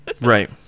Right